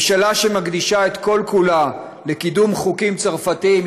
ממשלה שמקדישה את כל-כולה לקידום חוקים צרפתיים,